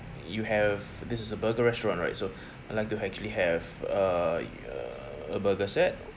you have this is a burger restaurant right so I'd like to actually have err a burger set